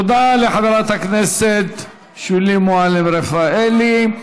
תודה לחברת הכנסת שולי מועלם-רפאלי.